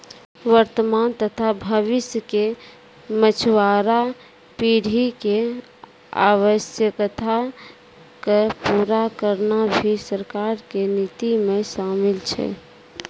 वर्तमान तथा भविष्य के मछुआरा पीढ़ी के आवश्यकता क पूरा करना भी सरकार के नीति मॅ शामिल छै